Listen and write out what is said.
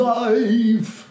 life